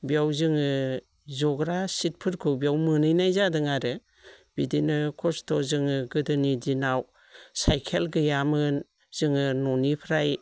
बेयाव जोङो जग्रा सिटफोरखौ बेयाव मोनहैनाय जादों आरो बिदिनो कस्त' जोङो गोदोनि दिनाव साइकेल गैयामोन जोङो ननिफ्राय